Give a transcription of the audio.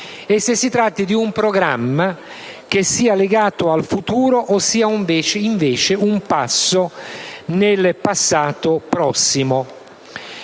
e se si tratti di un programma che sia legato al futuro o sia, invece, un passo nel passato prossimo.